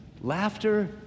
Laughter